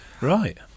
Right